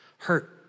hurt